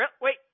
Wait